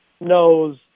knows